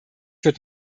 wird